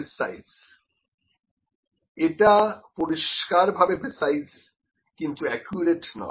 এটা কোয়াড্রেন্ট 3পরিষ্কারভাবে প্রিসাইস কিন্তু অ্যাকিউরেট নয়